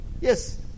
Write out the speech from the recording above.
Yes